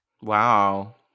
Wow